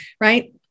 right